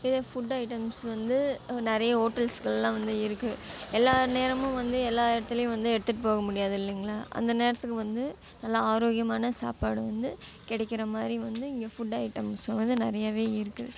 இதே food items வந்து நிறைய ஹோட்டல்ஸில் எல்லாம் வந்து இருக்குது எல்லா நேரமும் வந்து எல்லா இடத்துலையும் வந்து எடுத்துட்டு போக முடியாது இல்லைங்களா அந்த நேரத்துக்கு வந்து நல்ல ஆரோக்கியமான சாப்பாடு வந்து கிடைக்கிற மாதிரி வந்து இங்கே ஃபுட் ஐட்டம்ஸ் வந்து நிறையவே இருக்குது